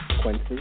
Quincy